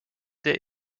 der